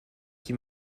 qui